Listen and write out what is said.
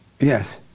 Yes